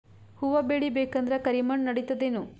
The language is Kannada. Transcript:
ಹುವ ಬೇಳಿ ಬೇಕಂದ್ರ ಕರಿಮಣ್ ನಡಿತದೇನು?